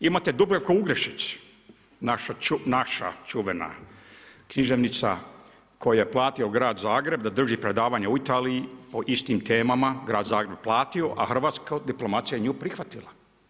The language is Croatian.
Imate Dubravku Ugrešić, naša čuvena književnica koju je platio grad Zagreb da drži predavanja u Italiji o istim temama, grad Zagreb je platio, a hrvatska diplomacija je nju prihvatila.